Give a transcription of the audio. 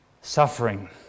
suffering